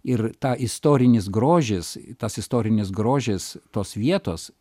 ir ta istorinis grožis tas istorinis grožis tos vietos